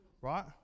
Right